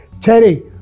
Teddy